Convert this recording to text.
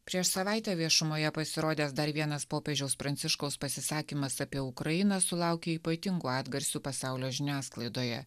prieš savaitę viešumoje pasirodęs dar vienas popiežiaus pranciškaus pasisakymas apie ukrainą sulaukė ypatingų atgarsių pasaulio žiniasklaidoje